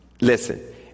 Listen